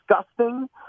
disgusting